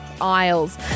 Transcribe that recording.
aisles